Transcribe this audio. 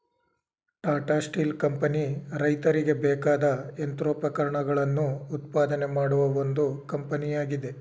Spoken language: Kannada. ಟಾಟಾ ಸ್ಟೀಲ್ ಕಂಪನಿ ರೈತರಿಗೆ ಬೇಕಾದ ಯಂತ್ರೋಪಕರಣಗಳನ್ನು ಉತ್ಪಾದನೆ ಮಾಡುವ ಒಂದು ಕಂಪನಿಯಾಗಿದೆ